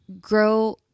grow